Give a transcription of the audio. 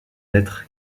lettre